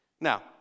now